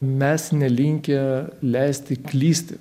mes nelinkę leisti klysti